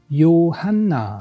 johanna